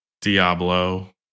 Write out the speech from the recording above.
Diablo